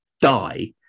die